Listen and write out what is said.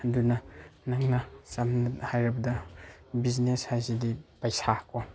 ꯑꯗꯨꯅ ꯅꯪꯅ ꯁꯝꯅ ꯍꯥꯏꯔꯕꯗ ꯕꯤꯖꯤꯅꯦꯁ ꯍꯥꯏꯁꯤꯗꯤ ꯄꯩꯁꯥ ꯀꯣ